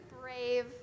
brave